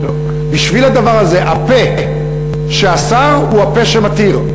בשביל הדבר הזה הפה שאסר הוא הפה שמתיר,